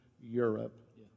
Europe